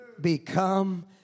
become